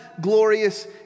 glorious